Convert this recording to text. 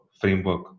framework